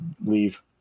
leave